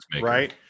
Right